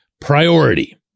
priority